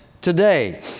today